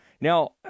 Now